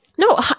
No